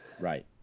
Right